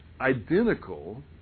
identical